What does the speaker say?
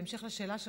בהמשך לשאלה שלך,